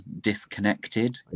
disconnected